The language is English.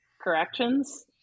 corrections